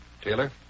Taylor